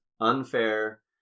unfair